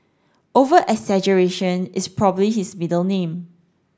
over exaggeration is probably his middle name